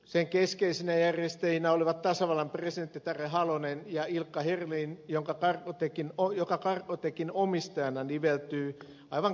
sen keskeisinä järjestäjinä olivat tasavallan presidentti tarja halonen ja ilkka herlin joka cargotecin omistajana niveltyy aivan käytännössäkin itämereen